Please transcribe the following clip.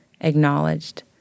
acknowledged